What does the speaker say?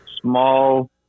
small